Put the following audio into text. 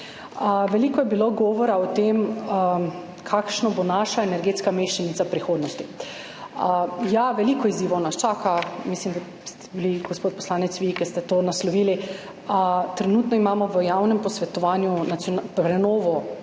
Veliko je bilo govora o tem, kakšna bo naša energetska mešanica prihodnosti. Ja, veliko izzivov nas čaka, mislim, da ste bili, gospod poslanec, vi, ki ste to naslovili – trenutno imamo v javnem posvetovanju prenovo